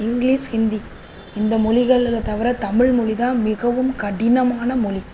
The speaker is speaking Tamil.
இங்கிலீஷ் ஹிந்தி இந்த மொழிகள்ல தவிர தமிழ்மொழி தான் மிகவும் கடினமான மொழி